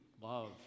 love